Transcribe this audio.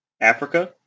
Africa